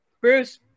bruce